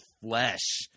flesh